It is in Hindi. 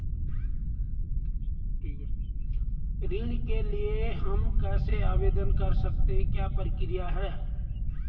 ऋण के लिए हम कैसे आवेदन कर सकते हैं क्या प्रक्रिया है?